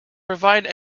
provide